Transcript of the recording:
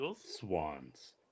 Swans